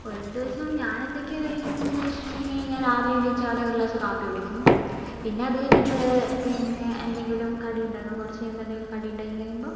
ഒരു ദിവസം ഞാനെന്തൊക്കെയാണ് കഴിക്കുന്നതെന്ന് വെച്ചിട്ടുണ്ടെങ്കിൽ ഞാൻ രാവിലെ എണീറ്റ പാടെ ഒരു ഗ്ലാസ് കാപ്പി കുടിക്കും പിന്നെ അത് കഴിഞ്ഞിട്ട് പിന്നെ എന്തെങ്കിലും കടി ഉണ്ടാക്കും കുറച്ച് കഴിയുമ്പോൾ എന്തെങ്കിലും കടി ഉണ്ടാക്കി കഴിയുമ്പം